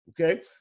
okay